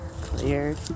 cleared